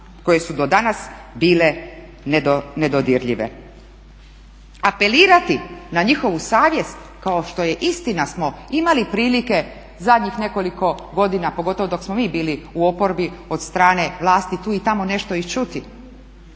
koje su do danas bile nedodirljive. Apelirati na njihovu savjest kao što je istina smo imali prilike zadnjih nekoliko godina, pogotovo dok smo mi bili u oporbi, od strane vlasti tu i tamo nešto i čuti,